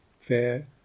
fair